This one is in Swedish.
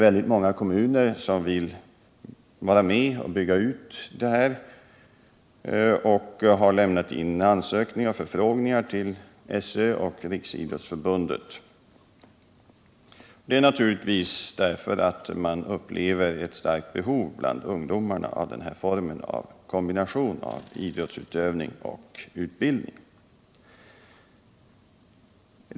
Väldigt många kommuner vill vara med och bygga ut denna verksamhet och har därför lämnat in förfrågningar och ansökningar till SÖ och Riksidrottsförbundet. Detta beror naturligtvis på att man upplever ett starkt behov bland ungdomarna av den här formen av kombination mellan idrottsutövning och utbildning.